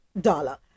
Dollar